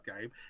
game